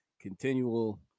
continual